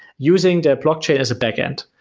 using the blockchain as a backend.